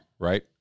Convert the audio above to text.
Right